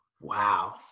Wow